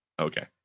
Okay